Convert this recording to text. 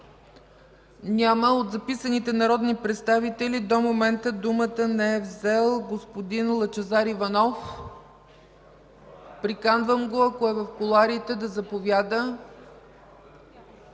Няма. От записаните народни представители до момента думата не е взел господин Лъчезар Иванов. Приканвам го, ако е в кулоарите, да заповяда.